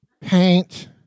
paint